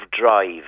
drive